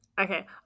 okay